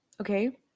okay